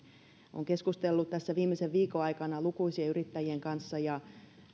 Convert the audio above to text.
olen keskustellut tässä viimeisen viikon aikana lukuisien yrittäjien kanssa ja